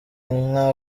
inka